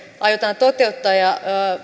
aiotaan toteuttaa ja